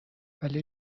ولی